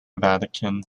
vatican